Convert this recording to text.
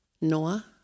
Noah